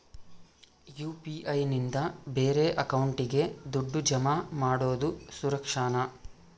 UPI ನಿಂದ ಬೇರೆ ಅಕೌಂಟಿಗೆ ದುಡ್ಡು ಜಮಾ ಮಾಡೋದು ಸುರಕ್ಷಾನಾ?